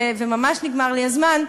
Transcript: ממש נגמר לי הזמן,